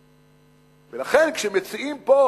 ולכן, כשמציעים פה